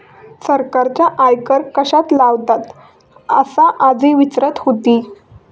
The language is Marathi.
सरकार आयकर कश्याक लावतता? असा आजी विचारत होती